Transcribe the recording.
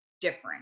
different